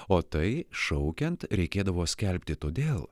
o tai šaukiant reikėdavo skelbti todėl